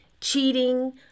cheating